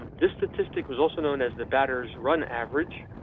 this statistic was also known as the batters run average,